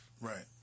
Right